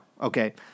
okay